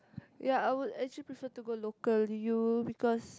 ya I would actually prefer to go local U because